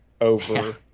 over